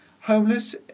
homeless